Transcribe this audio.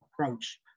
approach